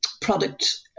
product